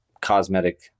cosmetic